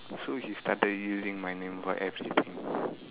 so he started using my name for everything